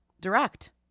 direct